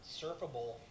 surfable